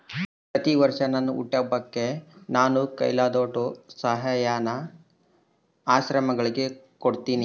ಪ್ರತಿವರ್ಷ ನನ್ ಹುಟ್ಟಿದಬ್ಬಕ್ಕ ನಾನು ಕೈಲಾದೋಟು ಧನಸಹಾಯಾನ ಆಶ್ರಮಗುಳಿಗೆ ಕೊಡ್ತೀನಿ